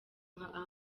nka